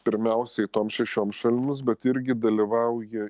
pirmiausiai toms šešioms šalims bet irgi dalyvauja